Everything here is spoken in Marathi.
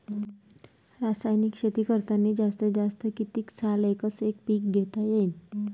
रासायनिक शेती करतांनी जास्तीत जास्त कितीक साल एकच एक पीक घेता येईन?